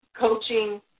coaching